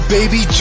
Baby